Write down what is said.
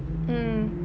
mm